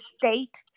state